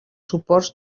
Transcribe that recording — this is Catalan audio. suports